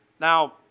Now